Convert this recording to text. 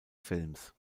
films